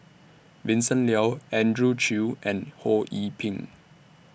Vincent Leow Andrew Chew and Ho Yee Ping